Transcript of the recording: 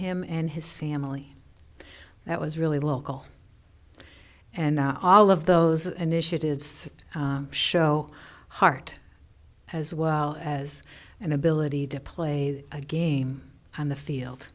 him and his family that was really local and all of those initiatives show heart as well as an ability to play a game on the field